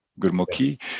gurmukhi